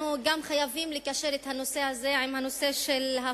אנחנו חייבים לקשר את הנושא הזה גם עם נושא ההפרטה